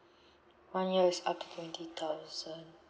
one year is up to twenty thousand